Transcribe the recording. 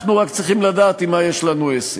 אנחנו רק צריכים לדעת עם מה יש לנו עסק.